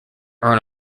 earn